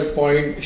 point